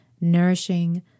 nourishing